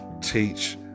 teach